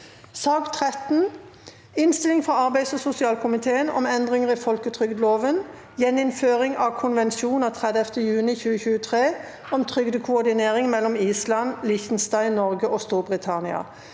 Innstilling fra arbeids- og sosialkomiteen om endrin- ger i folketrygdloven (gjennomføring av konvensjon av 30. juni 2023 om trygdekoordinering mellom Island, Lie- chtenstein, Norge og Storbritannia)